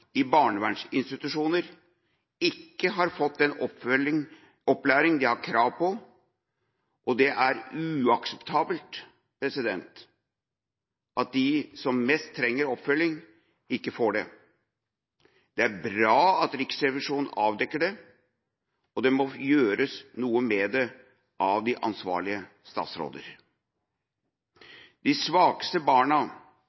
i barnevernsinstitusjoner ikke har fått den opplæring de har krav på, og det er uakseptabelt at de som mest trenger oppfølging, ikke får det. Det er bra at Riksrevisjonen avdekker det, og det må gjøres noe med det av de ansvarlige